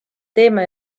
teeme